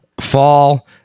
fall